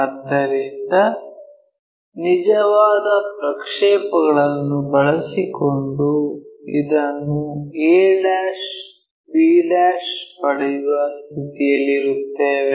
ಆದ್ದರಿಂದ ನಿಜವಾದ ಪ್ರಕ್ಷೇಪಣಗಳನ್ನು ಬಳಸಿಕೊಂಡು ಇದನ್ನು a b ಪಡೆಯುವ ಸ್ಥಿತಿಯಲ್ಲಿರುತ್ತೇವೆ